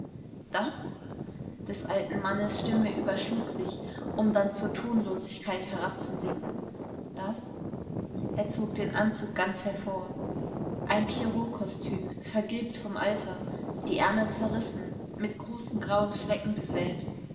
das des alten mannes stimme überschlug sich um dann zur tonlosigkeit herabzusinken das er zog den anzug ganz hervor ein pierrotkostüm vergilbt vom alter die ärmel zerrissen mit großen grauen flecken besäet